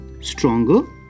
stronger